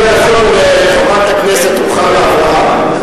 אני אעזור לחברת הכנסת רוחמה אברהם.